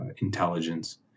intelligence